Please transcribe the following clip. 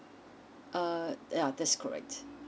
uh yeah that's correct